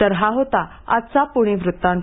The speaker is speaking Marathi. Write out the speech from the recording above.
तर हा होता आजचा पूणे वृत्तांत